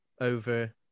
over